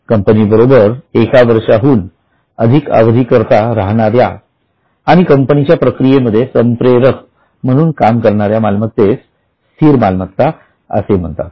company बरोबर एक वर्षाहून अधिक अवधी करता राहणाऱ्या आणि कंपनीच्या प्रक्रिये मध्ये संप्रेरक म्हणून काम करणाऱ्या मालमत्तेस स्थिर मालमत्ता असे म्हणतात